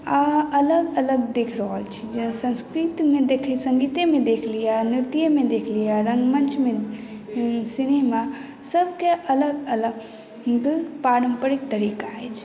आ अलग अलग देख रहल छी जेना संगीते मे देख लिअ नृत्ये मे देख लिअ रंगमंच मे सिनेमा सबके अलग अलग पारम्परिक तरीका अछि